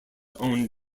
own